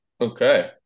Okay